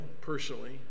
personally